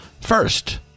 First